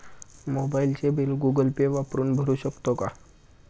मोबाइलचे bill Google Pay वापरून भरू शकतो का?